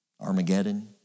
Armageddon